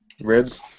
Ribs